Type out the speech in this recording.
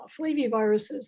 flaviviruses